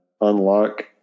unlock